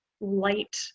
light